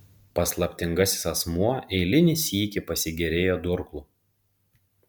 paslaptingasis asmuo eilinį sykį pasigėrėjo durklu